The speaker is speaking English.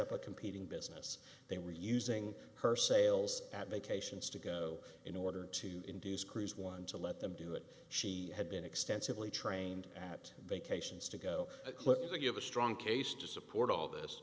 up a competing business they were using her sales at vacations to go in order to induce cruise one to let them do it she had been extensively trained at vacations to go cliff they give a strong case to support all this